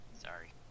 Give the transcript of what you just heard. Sorry